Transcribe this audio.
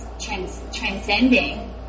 transcending